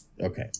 Okay